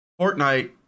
Fortnite